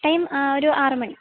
time ഒരു ആറ് മണി